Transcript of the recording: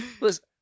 Listen